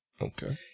Okay